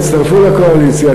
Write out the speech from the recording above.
תצטרפו לקואליציה,